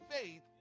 faith